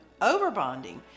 overbonding